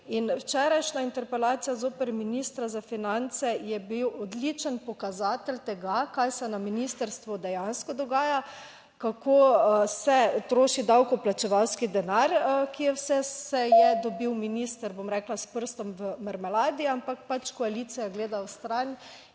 včerajšnja interpelacija zoper ministra za finance je bil odličen pokazatelj tega, kaj se na ministrstvu dejansko dogaja, kako se troši davkoplačevalski denar, kje vse se je dobil minister, bom rekla, s prstom v marmeladi, ampak pač koalicija gleda stran.